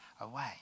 away